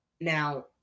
Now